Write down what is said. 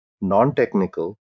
non-technical